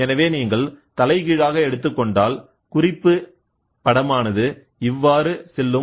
எனவே நீங்கள் தலைகீழாக எடுத்துக்கொண்டால் குறிப்பு படமானது இவ்வாறு செல்லும்